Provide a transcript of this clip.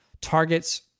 targets